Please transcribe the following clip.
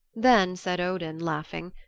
then said odin, laughing,